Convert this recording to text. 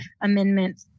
amendment